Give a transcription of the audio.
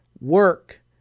work